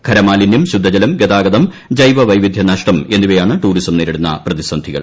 ഖര മാലിന്യം ശുദ്ധജലം ഗതാഗതം ജൈവവൈവിധ്യ നഷ്ടം എന്നിവയാണ് ടൂറിസം നേരിടുന്ന പ്രതിസന്ധികൾ